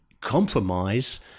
Compromise